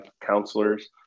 counselors